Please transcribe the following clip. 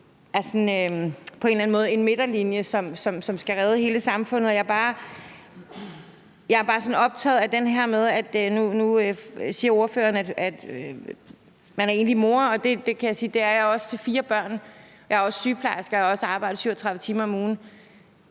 timer på en eller anden måde er en midterlinje, som skal redde hele samfundet. Nu siger overføreren noget om det med at være enlig mor, og jeg kan sige, at det er jeg også, til fire børn. Jeg er også sygeplejerske og har også arbejdet 37 timer om ugen.